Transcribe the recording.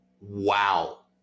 Wow